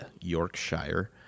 Yorkshire